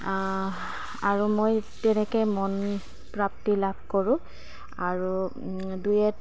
আৰু মই তেনেকৈ মন প্ৰাপ্তি লাভ কৰোঁ আৰু ডুৱেট